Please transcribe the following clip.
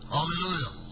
Hallelujah